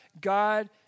God